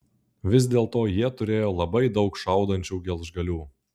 vis dėlto jie turėjo labai daug šaudančių gelžgalių